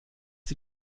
sie